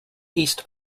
east